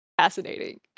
fascinating